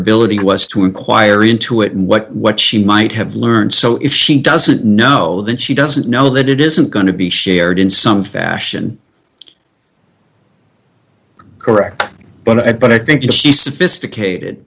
ability was to inquire into it and what what she might have learned so if she doesn't know that she doesn't know that it isn't going to be shared in some fashion correct but i think you see sophisticated